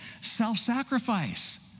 self-sacrifice